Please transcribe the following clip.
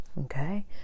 okay